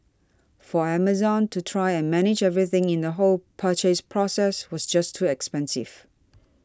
for Amazon to try and manage everything in the whole purchase process was just too expensive